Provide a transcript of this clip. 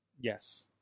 Yes